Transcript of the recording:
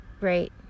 right